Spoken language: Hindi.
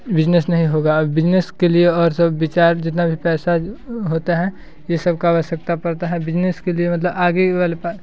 बिजनेस नहीं होगा और बिजनेस के लिए और सब विचार जितना भी पैसा होता है ये सब का आवश्यकता पड़ता है बिजनेस के लिए मतलब आगे वाले